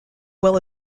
well